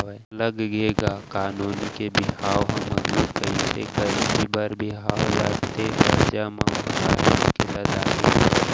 त लग गे का नोनी के बिहाव ह मगलू कइसे करही बर बिहाव ला ते करजा म ओहा काहेच के लदागे हवय